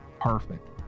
perfect